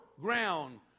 ground